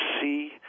see